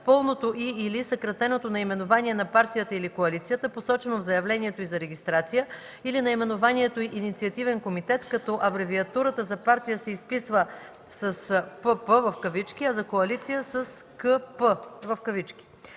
пълното и/или съкратеното наименование на партията или коалицията, посочено в заявлението й за регистрация, или наименованието „Инициативен комитет”, като абревиатурата за партия се изписва с „ПП”, а за коалиция - с „КП”; 3.